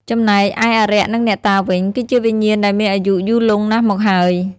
ចំណែកឯអារក្សនិងអ្នកតាវិញ គឺជាវិញ្ញាណដែលមានអាយុយូរលង់ណាស់មកហើយ។